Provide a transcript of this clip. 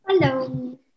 Hello